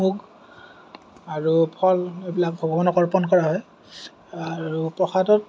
আৰু ফল এইবিলাক ভগৱানক অৰ্পণ কৰা হয় আৰু প্ৰসাদত